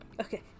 okay